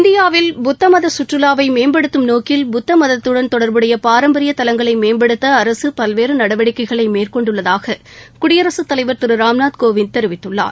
இந்தியாவில் புத்தமத சுற்றுலாவை மேம்படுத்தும் நோக்கில் புத்த மதத்துடன் தொடர்புடைய பாரம்பரிய தலங்களை மேம்படுத்த அரசு பல்வேறு நடவடிக்கைகளை மேற்கொண்டுள்ளதாக குடியரசுத் தலைவர் திரு ராம்நாத் கோவிந்த் தெரிவித்துள்ளார்